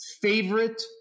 favorite